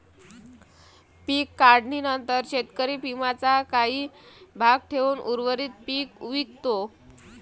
पीक काढणीनंतर शेतकरी पिकाचा काही भाग ठेवून उर्वरित पीक विकतो